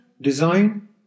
design